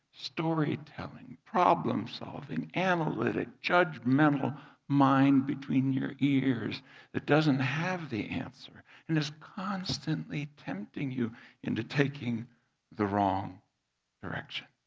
storytelling, problem solving, analytic, judgmental mind between your ears that doesn' t have the answer and is constantly tempting you into taking the wrong direction.